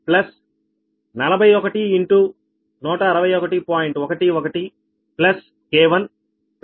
11 K1 0